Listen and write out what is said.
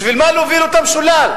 בשביל מה להוליך אותם שולל?